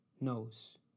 knows